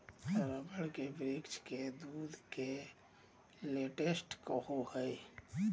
rubber के वृक्ष के दूध के लेटेक्स कहो हइ